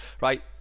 right